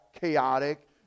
chaotic